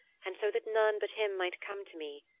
and so that none but him might come to me,